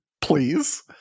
please